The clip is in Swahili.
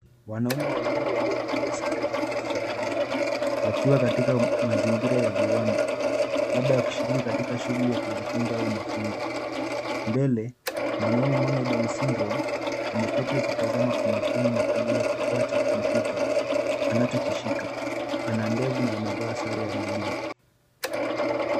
Wanaume wawili waliovalia sare za kazi za bluu wakiwa katika mazingira ya viwanda labda wakishiriki katika shughuli ya kujifunza au mafunzo. Mbele mwanaume mwenye Down syndrome ameketi akitazama kwa makini na kugusa kifaa cha kompyuta anachokishika. Ana ndevu na amevaa sare ya bluu.